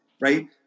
right